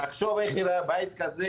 חוכר בהסכם תשלומים ופרישה.